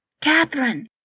Catherine